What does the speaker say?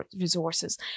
resources